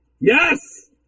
Yes